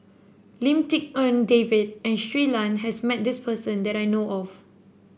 Lim Tik En David and Shui Lan has met this person that I know of